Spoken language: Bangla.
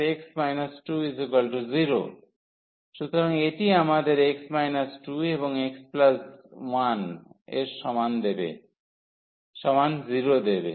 সুতরাং এটি আমাদের x 2 এবং x 1 সমান 0 দেবে